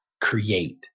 create